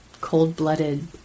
cold-blooded